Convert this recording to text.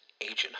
Agent